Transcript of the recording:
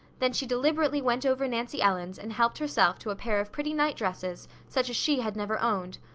then she deliberately went over nancy ellen's and helped herself to a pair of pretty nightdresses, such as she had never owned,